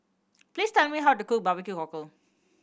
please tell me how to cook barbecue